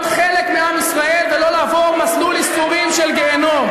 חלק מעם ישראל ולא לעבור מסלול ייסורים של גיהינום.